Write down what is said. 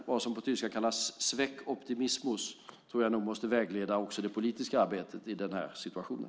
Vad som på tyska kallas Zweck-Optimismus måste därmed vägleda också det politiska arbetet i den här situationen.